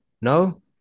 no